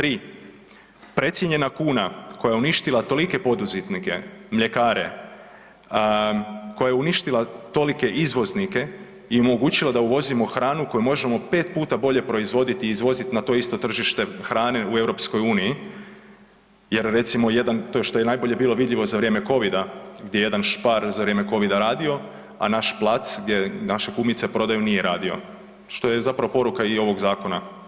3, precijenjena kuna koja je uništila tolike poduzetnike, mljekare, koja je uništila tolike izvoznike i omogućila da uvozimo hranu koju možemo 5 puta bolje proizvoditi i izvoziti na to isto tržište hrane u EU jer, recimo jedan, to je, što je najbolje bilo vidljivo za vrijeme Covida, gdje je jedan Spar za vrijeme Covida radio, a naš plac gdje naše kumice prodaju, nije radio, što je zapravo poruka i ovog zakona.